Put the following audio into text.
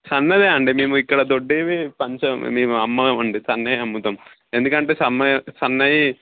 సన్నదా అండి మేము ఇక్కడ దొడ్డివి పంచం మేము అమ్మము అండి సన్నవి అమ్ముతాం ఎందుకంటే సన్న సన్నవి